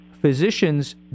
physicians